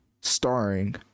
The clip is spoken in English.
starring